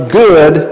good